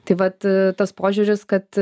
tai vat tas požiūris kad